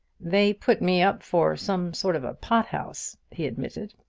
they put me up for some sort of a pothouse, he admitted,